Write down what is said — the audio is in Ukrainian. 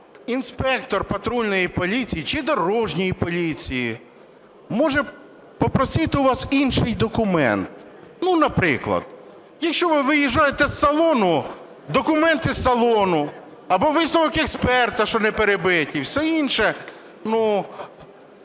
інспектор патрульної поліції чи дорожньої поліції може попросити у вас інший документ. Наприклад, якщо ви виїжджаєте з салону, документи з салону або висновок експерта, що не перебиті, і все інше…